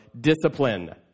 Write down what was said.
discipline